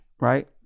right